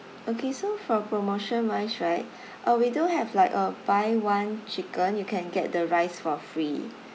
okay so for promotion wise right uh we do have like uh buy one chicken you can get the rice for free